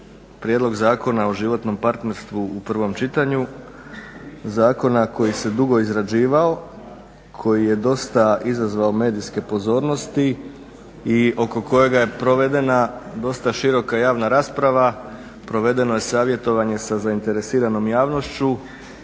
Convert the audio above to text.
Prijedlog zakona o životnom partnerstvu u prvom čitanju, zakona koji se dugo izrađivao, koji je dosta izazvao medijske pozornosti i oko kojega je provedena dosta široka javna rasprava, provedeno je savjetovanje sa zainteresiranom javnošću